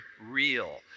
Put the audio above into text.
real